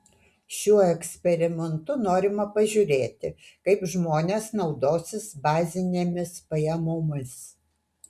šiuo eksperimentu norima pažiūrėti kaip žmonės naudosis bazinėmis pajamomis